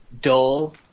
dull